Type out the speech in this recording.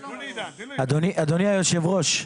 הנתונים --- אדוני היושב ראש,